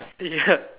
ya